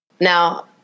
now